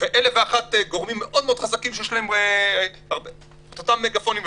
ו-1,001 גורמים מאוד מאוד חזקים שיש להם את אותם מגפונים,